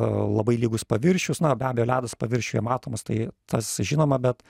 labai lygus paviršius na be abejo ledas paviršiuje matomas tai tas žinoma bet